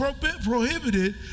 prohibited